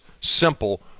simple